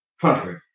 country